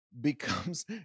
becomes